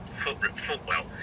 footwell